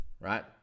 right